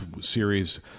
series